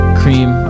cream